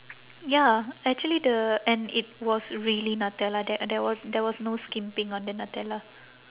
ya actually the and it was really nutella there and there w~ there was no skimping on the nutella